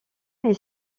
est